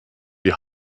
die